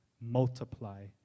Multiply